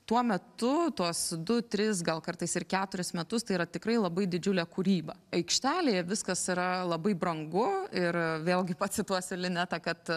tuo metu tuos du tris gal kartais ir keturis metus tai yra tikrai labai didžiulė kūryba aikštelėje viskas yra labai brangu ir vėlgi pacituosiu linetą kad